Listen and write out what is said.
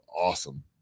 awesome